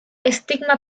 estigma